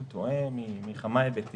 רואה החשבון טועה במסמך שלו בכמה היבטים.